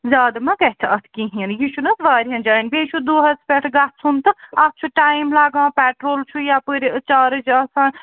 زیادٕ ما گژھِ اَتھ کِہیٖنٛۍ یہِ چھُنہٕ حظ واریاہَن جایَن بیٚیہِ چھُ دۄہَس پٮ۪ٹھ گَژھُن تہٕ اَتھ چھُ ٹایم لَگان پیٹرول چھُ یَپٲرۍ چارٕج آسان